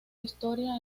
historia